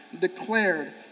declared